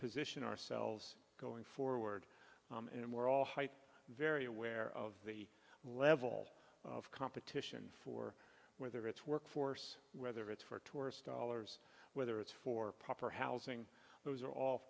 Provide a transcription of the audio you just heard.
position ourselves going forward and we're all height very aware of the level of competition for whether it's workforce whether it's for tourist dollars whether it's for proper housing those are all